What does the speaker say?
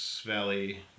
Valley